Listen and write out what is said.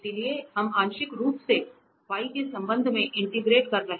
इसलिए हम आंशिक रूप से y के संबंध में इंटिग्रेट कर रहे हैं